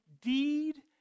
deed